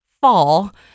fall